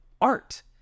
art